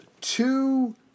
two